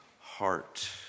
heart